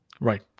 Right